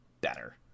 better